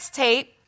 tape